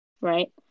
right